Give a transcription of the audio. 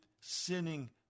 sinning